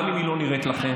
גם אם היא לא נראית לכם,